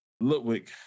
Ludwig